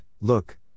look